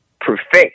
perfect